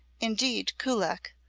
indeed kullak,